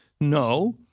No